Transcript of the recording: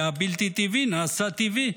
היה הבלתי-טבעי נעשה טבעי,